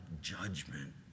judgment